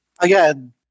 Again